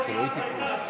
בטונים גבוהים.